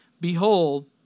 Behold